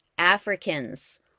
Africans